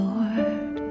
Lord